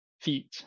feet